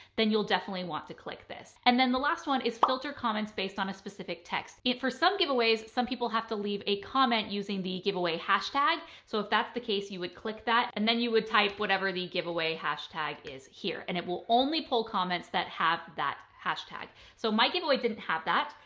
then you'll definitely want to click this. and then the last one is filter comments based on a specific for some giveaways. some people have to leave a comment using the giveaway hashtag. so if that's the case, you would click that and then you would type whatever the giveaway hashtag is here and it will only pull comments that have that hashtag. so my giveaway didn't have that.